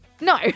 No